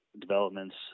developments